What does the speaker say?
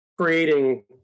creating